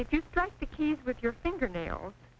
if you strike the keys with your finger nails